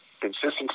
Consistency